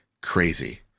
crazy